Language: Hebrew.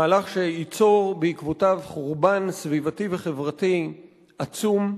מהלך שייצור בעקבותיו חורבן סביבתי וחברתי עצום.